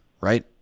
right